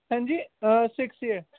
ਹੈਜੀ six year